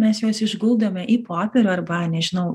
mes juos išguldome į popierių arba nežinau